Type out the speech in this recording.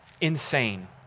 insane